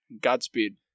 Godspeed